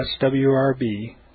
SWRB